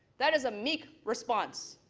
that is a meek response.